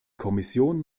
kommission